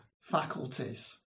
faculties